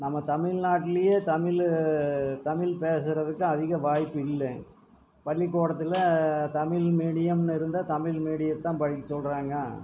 நம்ப தமிழ்நாட்டுலையே தமிழை தமிழ் பேசுறதுக்கு அதிக வாய்ப்பு இல்லை பள்ளிக்கூடத்தில் தமிழ் மீடியம் இருந்தா தமிழ் மொழியத்தான் படிக்க சொல்லுறாங்க